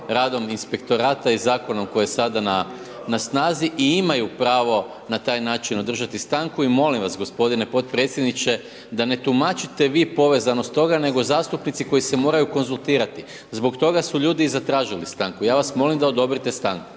radom inspektorata i zakonom koji je sada na snazi i imaju pravo na taj način održati stanku i molim vas gospodine potpredsjedniče da ne tumačite vi povezanost toga, nego zastupnici koji se moraju konzultirati. Zbog toga su ljudi i zatražili stanku, ja vas molim da odobrite stanku.